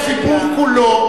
הציבור כולו,